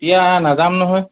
এতিয়া নাযাম নহয়